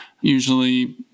usually